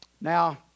Now